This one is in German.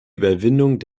überwindung